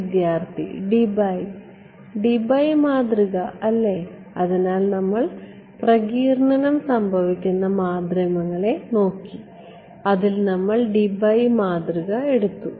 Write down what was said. വിദ്യാർത്ഥി Debye Debye മാതൃക അല്ലേ അതിനാൽ നമ്മൾ പ്രകീർണനം സംഭവിക്കുന്ന മാധ്യമങ്ങളെ നോക്കി അതിൽ നമ്മൾ ഡിബൈ മാതൃക എടുത്തു